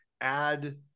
add